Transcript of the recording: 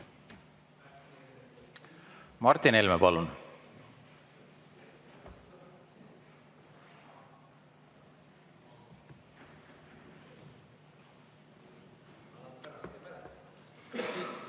Martin Helme, palun!